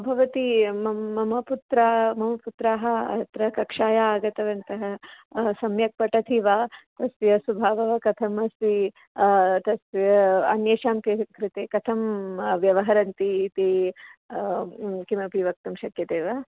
भवती मम मम पुत्रः मम पुत्रः अत्र कक्षायै आगतवान् सम्यक् पठन्ति वा तस्य स्वभावः कथम् अस्ति वा तस्य अन्येषां के कृते कथं व्यवहरन्ति इति किमपि वक्तुं शक्यते वा